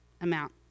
amount